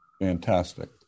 Fantastic